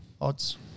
Odds